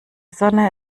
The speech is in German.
sonne